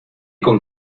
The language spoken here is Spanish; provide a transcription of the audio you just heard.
con